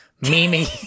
Mimi